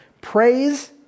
Praise